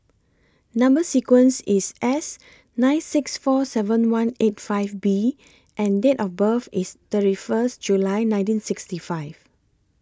Number sequence IS S nine six four seven one eight five B and Date of birth IS thirty First July nineteen sixty five